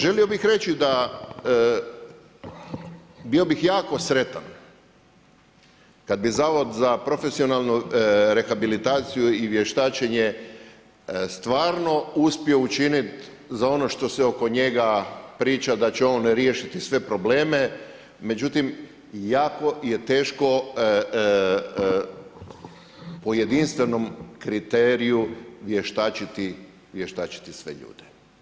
Želio bih reći da bio bih jako sretan kad bi Zavod za profesionalnu rehabilitaciju i vještačenje stvarno uspio učinit za ono što se oko njega priča da će on riješiti sve probleme, međutim jako je teško po jedinstvenom kriteriju vještačiti sve ljude.